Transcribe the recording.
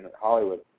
Hollywood